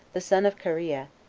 the son of kareah,